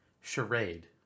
Charade